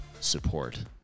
support